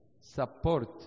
support